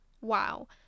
Wow